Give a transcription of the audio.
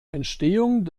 entstehung